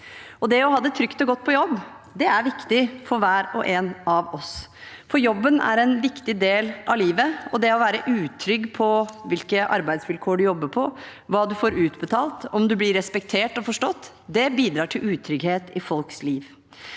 Det å ha det trygt og godt på jobb er viktig for hver og en av oss, for jobben er en viktig del av livet. Det å være utrygg på hvilke arbeidsvilkår en jobber på, hva en får utbetalt, om en blir respektert og forstått, det bidrar til utrygghet i folks liv.